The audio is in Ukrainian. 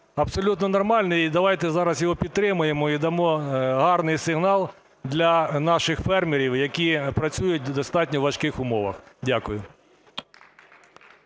абсолютно нормальний. Давайте зараз його підтримаємо і дамо гарний сигнал для наших фермерів, які працюють на достатньо важких умовах. Дякую.